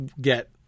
get